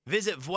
Visit